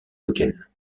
lequel